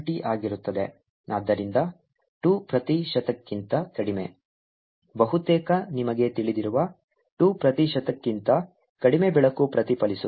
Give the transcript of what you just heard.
832 ≅1270 ಆದ್ದರಿಂದ 2 ಪ್ರತಿಶತಕ್ಕಿಂತ ಕಡಿಮೆ ಬಹುತೇಕ ನಿಮಗೆ ತಿಳಿದಿರುವ 2 ಪ್ರತಿಶತಕ್ಕಿಂತ ಕಡಿಮೆ ಬೆಳಕು ಪ್ರತಿಫಲಿಸುತ್ತದೆ